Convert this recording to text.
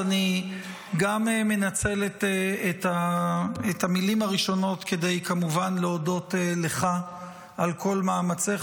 אז אני גם מנצל את המילים הראשונות כדי להודות לך כמובן על כל מאמציך